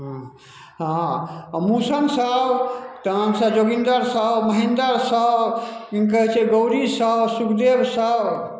हँ मुसन साव तहन से जोगिन्दर साव महिन्दर साव कि कहै छै गौरी साव सुखदेव साव